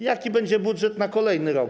Jaki będzie budżet na kolejny rok?